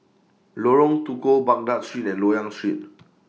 Lorong Tukol Baghdad Street and Loyang Street